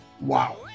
wow